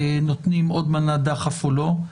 נותנים עוד מנת דחף או לא,